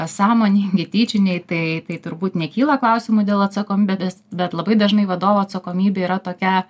sąmoningi tyčiniai tai tai turbūt nekyla klausimų dėl atsakombibės bet labai dažnai vadovo atsakomybė yra tokia